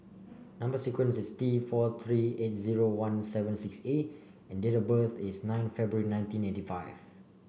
number sequence is T four three eight zero one seven six A and date of birth is nine February nineteen eighty five